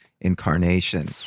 incarnation